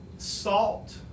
Salt